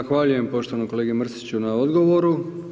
Zahvaljujem poštovanom kolegi Mrsiću na odgovoru.